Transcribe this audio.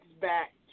back